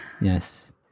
Yes